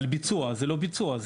זה לא ביצוע.